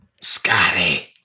Scotty